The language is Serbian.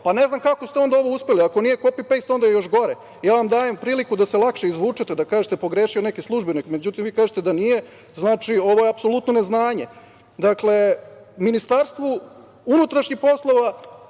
pa ne znam kako ste onda ovo uspeli? Ako nije copy-paste, onda je još gore. Ja vam dajem priliku da se lakše izvučete da kažete pogrešio neki službenik, međutim vi kažete da nije. Znači, ovo je apsolutno neznanje. Dakle, Ministarstvu unutrašnjih poslova